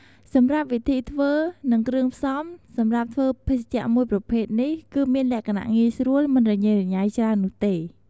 សម្រាប់វិធីធ្វើ និងគ្រឿងផ្សំសម្រាប់ធ្វើភេសជ្ជៈមួយប្រភេទនេះ គឺមានលក្ខណៈងាយស្រួលមិនរញ៉េរញ៉ៃច្រើននោះទេ។